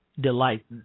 delight